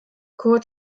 kurt